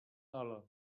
ala